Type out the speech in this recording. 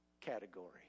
category